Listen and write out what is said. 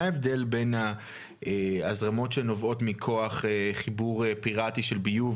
מה ההבדל בין ההזרמות שנובעות מכוח חיבור פיראטי של ביוב